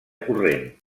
corrent